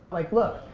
like look,